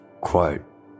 quote